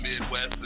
Midwest